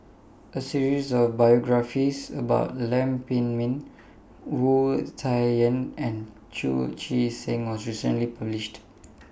A series of biographies about Lam Pin Min Wu Tsai Yen and Chu Chee Seng was recently published